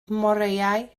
moreau